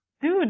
Dude